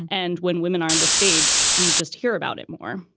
and when women are on the stage, we just hear about it more.